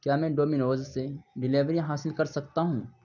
کیا میں ڈومینوز سے ڈلیوری حاصل کر سکتا ہوں